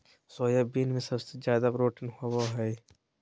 soybean में सबसे ज़्यादा प्रोटीन होबा हइ